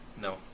No